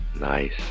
Nice